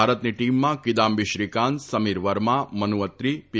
ભારતની ટીમમાં કિદામ્બી શ્રીકાંત સમીર વર્મા મનુ અત્રી પી